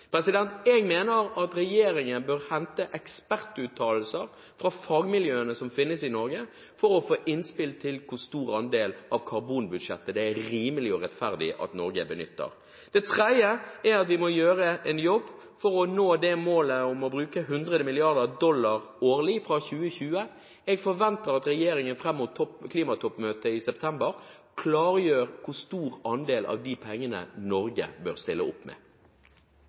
Jeg mener at regjeringen bør hente ekspertuttalelser fra fagmiljøene som finnes i Norge for å få innspill til hvilken andel av karbonbudsjettet det er rimelig og rettferdig at Norge benytter. Det tredje er at vi må gjøre en jobb for å nå målet om å bruke 100 mrd. dollar årlig fra 2020. Jeg forventer at regjeringen fram mot klimatoppmøtet i september klargjør hvor stor andel av de pengene Norge bør stille opp med.